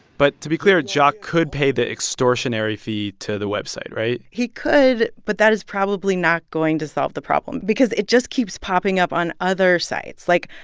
but, to be clear, jacques could pay the extortionary fee to the website, right? he could, but that is probably not going to solve the problem because it just keeps popping up on other sites. like,